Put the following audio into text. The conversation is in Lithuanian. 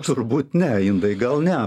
turbūt ne indai gal ne